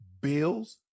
Bills